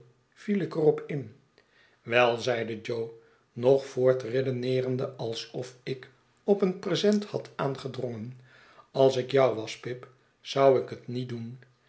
viel ik er op in wei zeide jo nog voortredeneerende alsof ik op een present had aangedrongen als ik jou was pip zou ik het niet doen